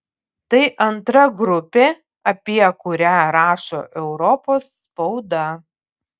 tai antra grupė apie kurią rašo europos spauda